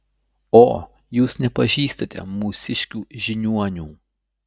o jūs nepažįstate mūsiškių žiniuonių